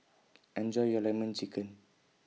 Enjoy your Lemon Chicken